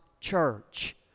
church